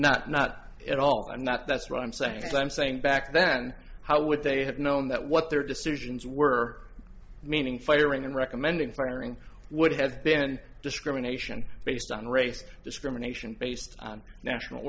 not not at all i'm not that's right i'm saying so i'm saying back then how would they have known that what their decisions were meaning firing and recommending firing would have been discrimination based on race discrimination based on national